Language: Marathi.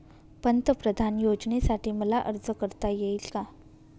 पंतप्रधान योजनेसाठी मला अर्ज करता येईल का?